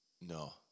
No